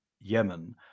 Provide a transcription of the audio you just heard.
yemen